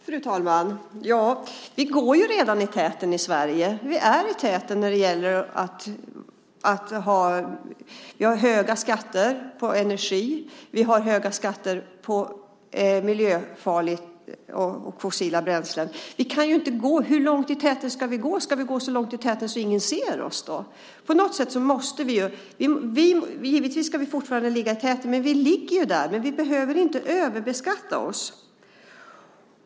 Fru talman! Vi går ju redan i täten i Sverige. Vi är i täten. Vi har höga skatter på energi. Vi har höga skatter på miljöfarliga fossila bränslen. Hur långt i täten ska vi gå? Ska vi gå så långt fram i täten att ingen ser oss? Givetvis ska vi fortfarande ligga i täten, men vi ligger ju där! Däremot behöver vi inte överbeskatta oss.